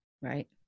Right